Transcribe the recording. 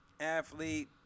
athlete